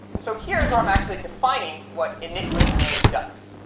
and so here is where i'm actually defining what initwithname does.